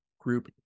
Group